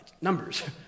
Numbers